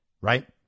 right